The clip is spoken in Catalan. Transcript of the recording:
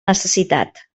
necessitat